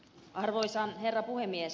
arvoisa herra puhemies